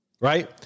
right